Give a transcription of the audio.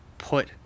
put